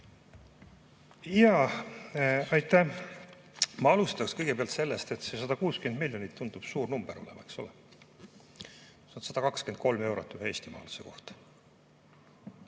Aitäh! Ma alustaks kõigepealt sellest, et see 160 miljonit tundub suur number olevat, eks ole. See on 123 eurot ühe eestimaalase kohta.